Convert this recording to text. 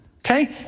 okay